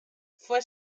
fue